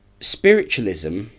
spiritualism